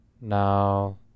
now